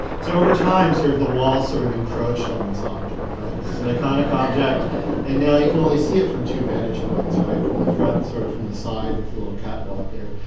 so over time here, sort of the walls sort of encroached on this object, right? it's an iconic object and now you can only see it from two vantage points, right, from the front and sort of from the side with the little catwalk there.